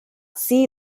see